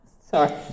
Sorry